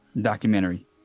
documentary